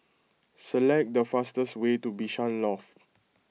select the fastest way to Bishan Loft